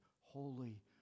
holy